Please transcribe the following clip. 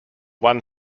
one